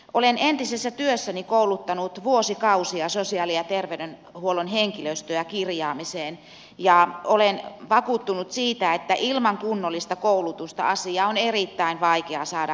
olen entisessä työssäni kouluttanut vuosikausia sosiaali ja terveydenhuollon henkilöstöä kirjaamiseen ja olen vakuuttunut siitä että ilman kunnollista koulutusta asia on erittäin vaikea saada käytäntöön